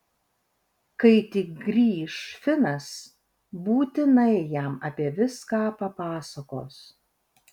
kai tik grįš finas būtinai jam apie viską papasakos